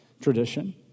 tradition